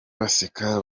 baseka